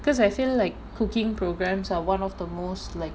because I feel like cooking programs are one of the most like